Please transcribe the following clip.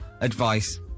advice